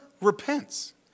repents